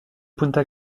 punta